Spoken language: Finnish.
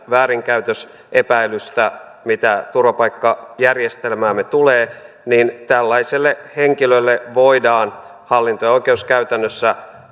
väärinkäytösepäilystä mitä turvapaikkajärjestelmäämme tulee tällaiselle henkilölle voidaan hallinto ja oikeuskäytännössä